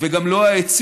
וגם לא העצים,